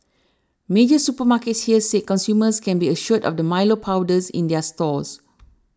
major supermarkets here said consumers can be assured of the Milo powder in their stores